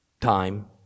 time